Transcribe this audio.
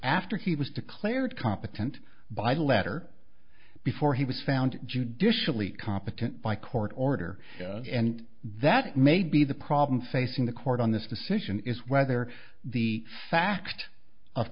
after he was declared competent by the letter before he was found judicially competent by court order and that maybe the problem facing the court on this decision is whether the fact of